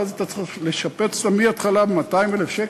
אחרי זה אתה צריך לשפץ אותן מהתחלה ב-200,000 שקל,